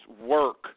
work